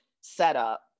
setup